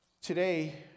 Today